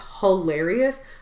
hilarious